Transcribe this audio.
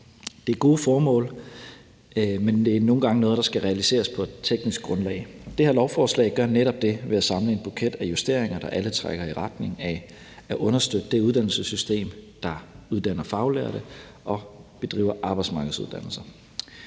Det er gode formål, men det er nogle gange noget, der skal realiseres på et teknisk grundlag. Det her lovforslag gør netop dét ved at samle en buket af justeringer, der alle trækker i retning af at understøtte det uddannelsessystem, der uddanner faglærte og bedriver arbejdsmarkedsuddannelser.